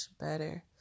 better